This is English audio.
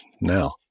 now